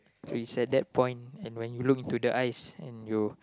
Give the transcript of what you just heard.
preset that point and when you look into the eyes and you